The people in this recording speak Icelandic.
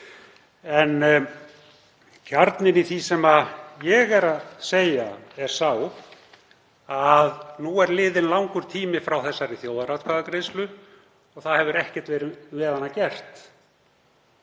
Kjarninn í því sem ég er að segja er sá að nú er liðinn langur tími frá þessari þjóðaratkvæðagreiðslu og það hefur ekkert verið með hana gert.